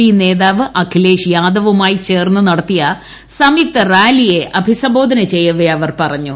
P നേതാവ് അഖിലേഷ് യാദവുമായി ചേർന്ന് നടത്തിയ സംയുക്ത റാലിയെ അഭിസംബോധന ചെയ്യവെ അവർ പറഞ്ഞു